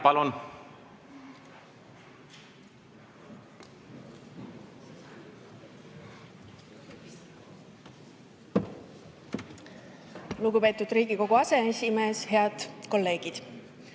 Lugupeetud Riigikogu aseesimees! Head kolleegid!